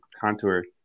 contour